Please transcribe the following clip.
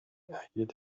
erhielt